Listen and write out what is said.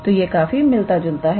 तो यह काफी मिलता जुलता है